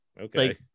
okay